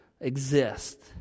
exist